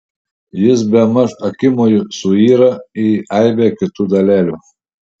jis bemaž akimoju suyra į aibę kitų dalelių